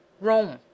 Rome